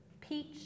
peach